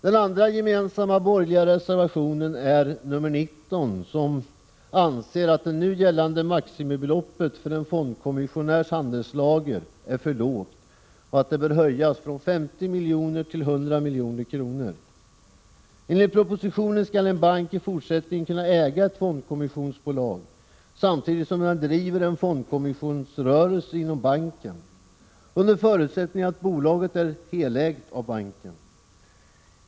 Den andra gemensamma borgerliga reservationen är nr 19, där man anser att det nu gällande maximibeloppet för en fondkommissionärs handelslager är för lågt och att det bör höjas från 50 milj.kr. till 100 milj.kr. Enligt propositionen skall en bank i fortsättningen kunna äga ett fondkommissionsbolag samtidigt som den driver en fondkommissionsrörelse inom banken, under förutsättning att bolaget är helägt av banken.